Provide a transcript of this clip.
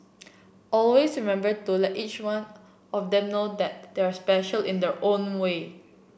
always remember to let each one of them know that they are special in their own way